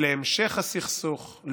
להמשך הסכסוך,